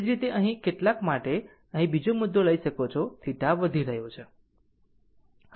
એ જ રીતે અહીં ક્યાંક માટે અહીં બીજો મુદ્દો લઈ શકો છો θ વધી રહ્યો છે